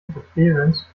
interference